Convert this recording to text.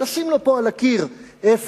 לשים לו פה על הקיר 0,